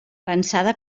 pensada